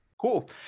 Cool